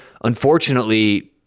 Unfortunately